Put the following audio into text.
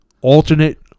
alternate